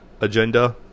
agenda